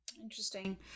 interesting